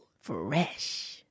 Fresh